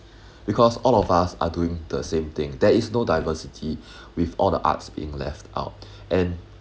because all of us are doing the same thing there is no diversity with all the arts being left out and